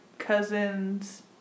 cousin's